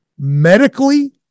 medically